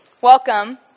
Welcome